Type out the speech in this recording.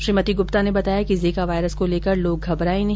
श्रीमती गुप्ता ने बताया कि जीका वायरस को लेकर लोग घबराये नहीं